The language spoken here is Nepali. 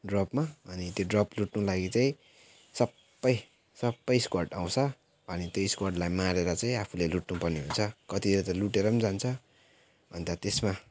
ड्रपमा अनि त्यो ड्रप लुट्नुलाई चाहिँ सबै सबै स्क्वाड आउँछ अनि त्यो स्क्वाडलाई मारेर चाहिँ आफूले लुट्नु पर्ने हुन्छ कतिजनाले त लुटेर जान्छ अन्त त्यसमा